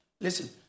Listen